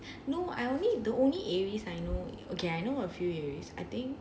no I only the only aries I know okay I know a few aries I think